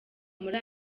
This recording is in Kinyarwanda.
muri